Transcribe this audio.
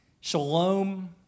Shalom